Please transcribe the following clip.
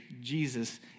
Jesus